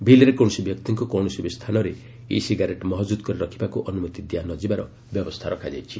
ବିଲ୍ରେ କୌଣସି ବ୍ୟକ୍ତିଙ୍କୁ କୌଣସି ବି ସ୍ଥାନରେ ଇ ସିଗାରେଟ୍ ମହକୁଦ୍ କରି ରଖିବାକୁ ଅନୁମତି ଦିଆ ନଯିବାର ବ୍ୟବସ୍ଥା ରଖାଯାଇଛି